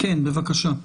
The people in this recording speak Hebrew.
בבקשה.